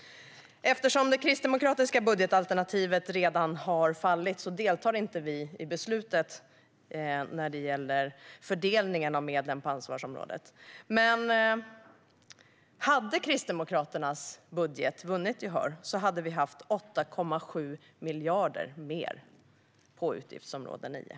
Eftersom det kristdemokratiska budgetalternativet redan har fallit deltar vi inte i beslutet när det gäller fördelningen av medlen på ansvarsområdet. Men hade Kristdemokraternas budget vunnit gehör hade vi haft 8,7 miljarder mer på utgiftsområde 9.